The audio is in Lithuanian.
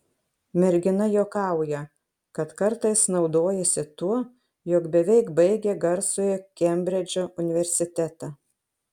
mergina juokauja kad kartais naudojasi tuo jog beveik baigė garsųjį kembridžo universitetą